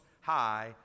High